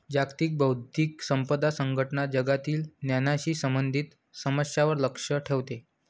जागतिक बौद्धिक संपदा संघटना जगातील ज्ञानाशी संबंधित समस्यांवर लक्ष ठेवते